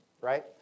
right